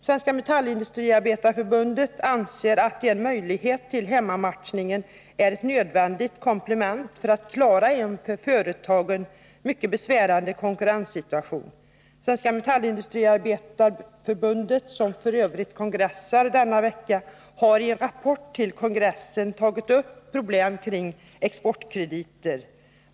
Svenska metallindustriarbetareförbundet anser att en möjlighet till hemmamatchning är ett nödvändigt komplement för att klara en för företagen mycket besvärande konkurrenssituation. Svenska metallindustriarbetareförbundet, som f.ö. kongressar denna vecka, har i en rapport till kongressen tagit upp problemen kring exportkrediter.